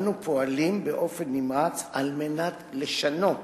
אנו פועלים באופן נמרץ על מנת לשנות